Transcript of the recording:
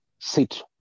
sit